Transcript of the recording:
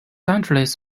angeles